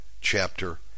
chapter